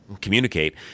communicate